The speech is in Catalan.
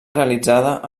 realitzada